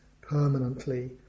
permanently